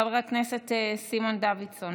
חבר הכנסת סימון דוידסון,